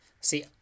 See